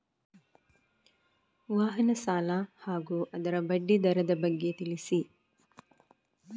ವಾಹನ ಸಾಲ ಹಾಗೂ ಅದರ ಬಡ್ಡಿ ದರದ ಬಗ್ಗೆ ತಿಳಿಸಿ?